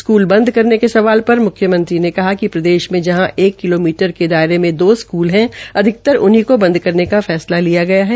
school बंद करने के सवाल पर मुख्यमंत्री ने कहा कि प्रदेश में जहां एक किलोमीटर के दायरे में दो स्कूल है अधिकतर उनहीं केा बंद करने का फैसला लिया गया है